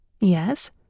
Yes